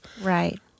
Right